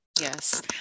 Yes